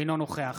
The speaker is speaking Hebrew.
אינו נוכח